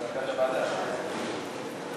ההצעה להעביר את